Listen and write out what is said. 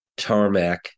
tarmac